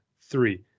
three